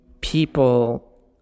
people